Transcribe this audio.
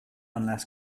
unless